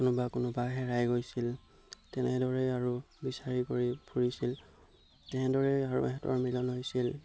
কোনোবা কোনোবা হেৰাই গৈছিল তেনেদৰেই আৰু বিচাৰি কৰি ফুৰিছিল তেনেদৰেই আৰু হেঁতৰ মিলন হৈছিল